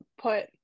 put